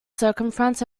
circumference